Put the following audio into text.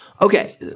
Okay